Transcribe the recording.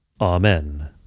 Amen